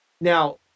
Now